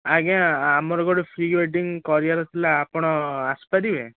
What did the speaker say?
ଆଜ୍ଞା ଆମର ଗୋଟେ ପ୍ରି ୱେଡ଼ିଙ୍ଗ କରିବାର ଥିଲା ଆପଣ ଆସିପାରିବେ